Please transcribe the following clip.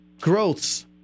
growths